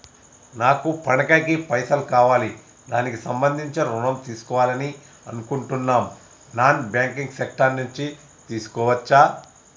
నాకు పండగ కి పైసలు కావాలి దానికి సంబంధించి ఋణం తీసుకోవాలని అనుకుంటున్నం నాన్ బ్యాంకింగ్ సెక్టార్ నుంచి తీసుకోవచ్చా?